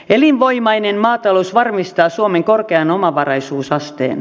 elinvoimainen maatalous varmistaa suomen korkean omavaraisuusasteen